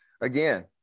again